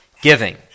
giving